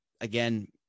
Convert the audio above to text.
again